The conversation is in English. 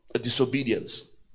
disobedience